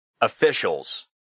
officials